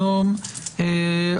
האם במצב הנוכחי,